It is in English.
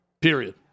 Period